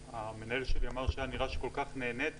המנהל שלי אמר שהיה נראה שכל כך נהניתי